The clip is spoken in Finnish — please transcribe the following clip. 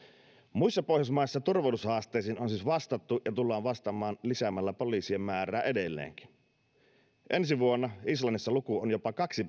muissa pohjoismaissa turvallisuushaasteisiin on siis vastattu ja tullaan vastaamaan lisäämällä poliisien määrää edelleenkin ensi vuonna islannissa luku on jopa kaksi